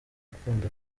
gukunda